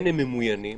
הם ממוינים